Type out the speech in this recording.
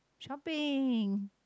shopping